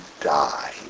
die